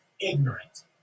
ignorant